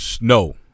No